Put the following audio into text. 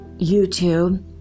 YouTube